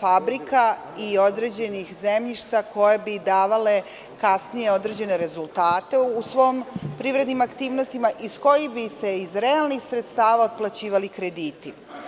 fabrika i određenih zemljišta koje bi davale kasnije određene rezultate u svojim privrednim aktivnostima, iz kojih bi se iz realnih sredstava otplaćivali krediti.